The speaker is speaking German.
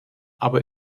aber